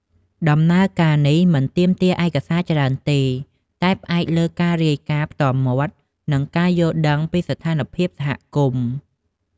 ដំណើរការនេះ មិនទាមទារឯកសារច្រើនទេ តែផ្អែកលើការរាយការណ៍ផ្ទាល់មាត់ និងការយល់ដឹងពីស្ថានភាពសហគមន៍។